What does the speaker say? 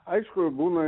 aišku ir būna